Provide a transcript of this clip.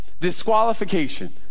Disqualification